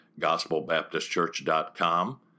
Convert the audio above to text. gospelbaptistchurch.com